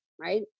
right